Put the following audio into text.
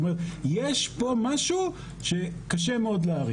זאת אומרת, יש פה משהו שקשה מאוד להעריך.